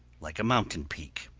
like a mountain peak.